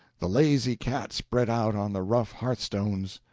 the lazy cat spread out on the rough hearthstones,